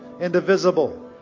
indivisible